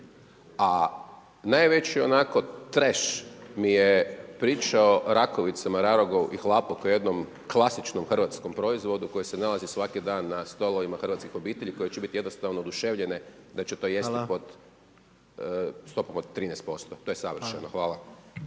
a najveći onako trash mi je pričao rakovicama, rarogu i hlapu kao jednom klasičnom hrvatskom proizvodu koji se nalazi svaki dan na stolovima hrvatskih obitelji koje će biti jednostavno oduševljene da će to jesti pod stopom od 13%. To je savršeno. Hvala.